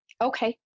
Okay